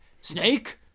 Snake